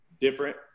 different